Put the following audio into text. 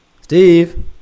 Steve